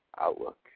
outlook